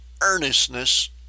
earnestness